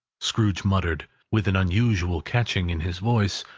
scrooge muttered, with an unusual catching in his voice,